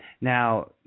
Now